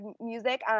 music